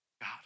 God